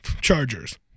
Chargers